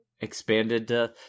expanded